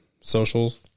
socials